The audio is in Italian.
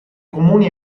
comuni